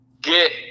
get